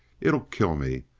it'll kill me!